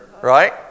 right